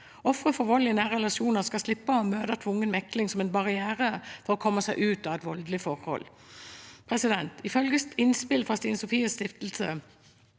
Ofre for vold i nære relasjoner skal slippe å møte tvungen mekling som en barriere for å komme seg ut av et voldelig forhold. Ifølge innspill fra Stine Sofies Stiftelse